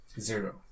Zero